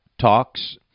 talks